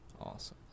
Awesome